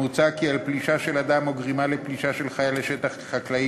מוצע כי על פלישה של אדם או גרימה לפלישה של חיה לשטח חקלאי